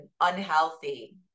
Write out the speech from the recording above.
unhealthy